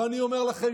ואני אומר לכם,